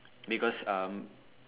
because um